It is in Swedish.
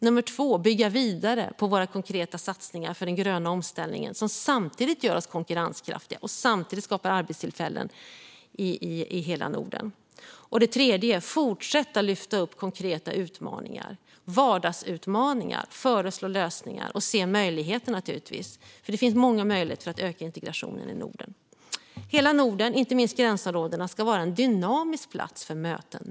För det andra ska vi bygga vidare på våra konkreta satsningar på den gröna omställningen. Den gör oss samtidigt konkurrenskraftiga och skapar arbetstillfällen i hela Norden. För det tredje ska vi fortsätta att lyfta upp vardagsutmaningar, föreslå lösningar och naturligtvis se möjligheter. Det finns många möjligheter till att öka integrationen i Norden. Hela Norden, och inte minst gränsområdena, ska vara en dynamisk plats för möten.